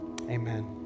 Amen